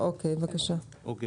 אוקיי,